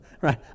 Right